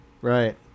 Right